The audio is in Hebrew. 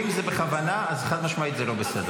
אם זה בכוונה, אז חד-משמעית זה לא בסדר.